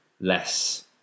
less